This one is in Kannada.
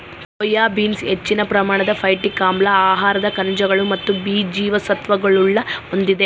ಸೋಯಾ ಬೀನ್ಸ್ ಹೆಚ್ಚಿನ ಪ್ರಮಾಣದ ಫೈಟಿಕ್ ಆಮ್ಲ ಆಹಾರದ ಖನಿಜಗಳು ಮತ್ತು ಬಿ ಜೀವಸತ್ವಗುಳ್ನ ಹೊಂದಿದೆ